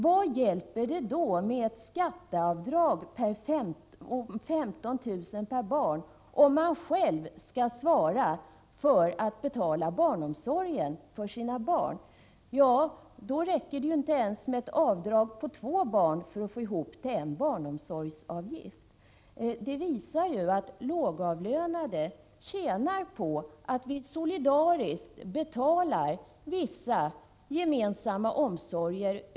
Vad hjälper det då med ett skatteavdrag på 15 000 per barn, om man själv skall betala barnomsorgen för sina barn? Då räcker det inte ens med ett avdrag för två barn för att få ihop till en barnomsorgsavgift. Detta visar att lågavlönade tjänar på att vi över skatten solidariskt betalar vissa gemensamma omsorger.